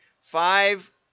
Five